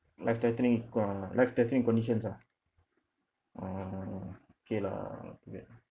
life threatening con~ life threatening conditions ah uh okay lah wait